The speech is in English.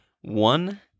one